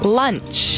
lunch